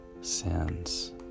sins